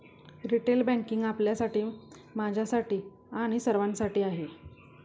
retail banking आपल्यासाठी, माझ्यासाठी आणि सर्वांसाठी आहे